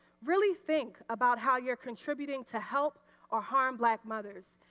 really think about how you are contributing to help or harm black mothers.